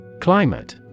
Climate